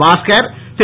Bhaskar Thiru